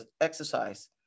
exercise